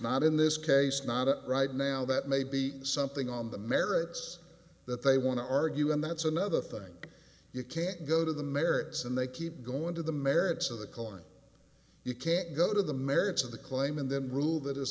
not in this case not right now that may be something on the merits that they want to argue and that's another thing you can't go to the merits and they keep going to the merits of the client you can't go to the merits of the claim and then rule that